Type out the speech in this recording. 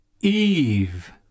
Eve